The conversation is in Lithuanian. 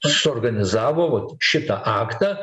suorganizavo šitą aktą